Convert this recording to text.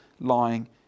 lying